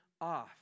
off